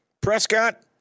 Prescott